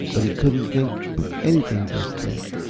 but he couldn't think of anything, just then.